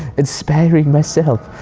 inspiring myself.